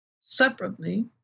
separately